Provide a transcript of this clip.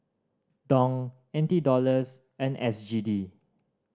Dong N T Dollars and S G D